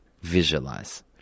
visualize